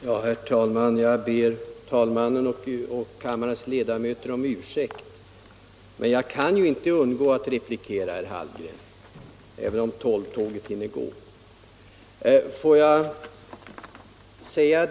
Herr talman! Jag ber talmannen och kammarens ledamöter om ursäkt, men jag kan inte underlåta att replikera herr Hallgren även om 12-tåget hinner gå.